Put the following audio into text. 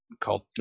Called